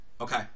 Okay